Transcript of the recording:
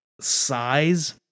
size